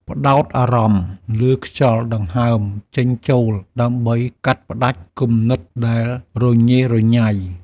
ផ្ដោតអារម្មណ៍លើខ្យល់ដង្ហើមចេញចូល ដើម្បីកាត់ផ្ដាច់គំនិតដែលរញ៉េរញ៉ៃ។